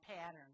pattern